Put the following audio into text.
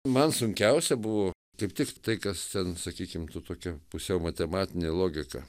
man sunkiausia buvo kaip tik tai kas ten sakykim su tokia pusiau matematine logika